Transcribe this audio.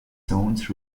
zones